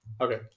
Okay